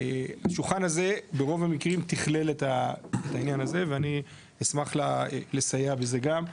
השולחן הזה ברוב מקרים תכלל את העניין הזה ואני אשמח לסייע בזה גם.